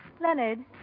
Leonard